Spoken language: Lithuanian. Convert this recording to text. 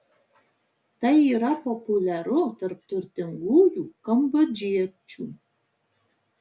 tai yra populiaru tarp turtingųjų kambodžiečiu